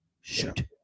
Shoot